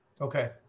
Okay